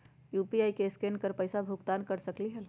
UPI से scan कर पईसा भुगतान कर सकलीहल?